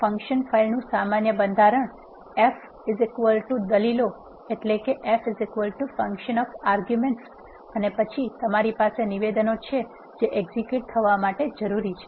function ફાઇલનું સામાન્ય બંધારણ એફ દલીલોffunction of arguments અને પછી તમારી પાસે નિવેદનો છે જે એક્ઝેક્યુટ થવા માટે જરૂરી છે